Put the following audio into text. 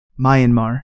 Myanmar